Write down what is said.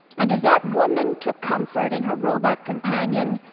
and as that woman took comfort in her robot companion,